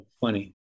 funny